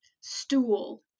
stool